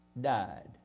died